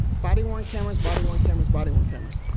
body-worn cameras, body-worn cameras, body-worn cameras.